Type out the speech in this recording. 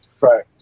Right